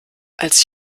als